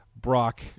Brock